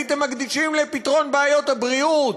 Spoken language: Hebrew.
הייתם מקדישים לפתרון בעיות הבריאות.